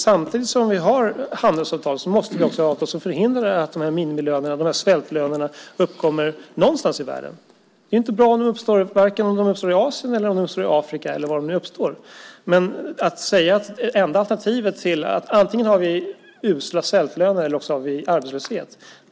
Samtidigt som vi har handelsavtal måste vi förhindra att minimilönerna, svältlönerna, uppkommer någonstans i världen. Det är inte bra om de uppstår i Asien eller Afrika. Jag tycker inte att man ska behöva göra ett val mellan usla svältlöner eller arbetslöshet.